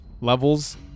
levels